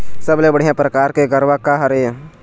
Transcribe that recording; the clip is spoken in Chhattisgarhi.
सबले बढ़िया परकार के गरवा का हर ये?